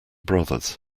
brothers